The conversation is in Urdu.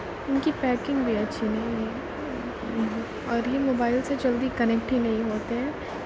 ان کی پیکنگ بھی اچھی نہیں ہے اور یہ موبائل سے جلدی کنیکٹ ہی نہیں ہوتے ہیں